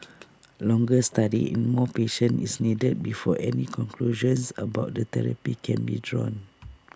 longer study in more patients is needed before any conclusions about the therapy can be drawn